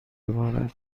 بارد